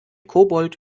kobold